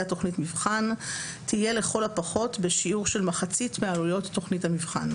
תכנית מבחן תהיה לכל הפחות בשיעור של מחצית מעלויות תכנית המבחן,